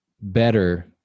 better